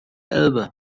elbe